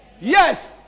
Yes